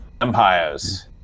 Empires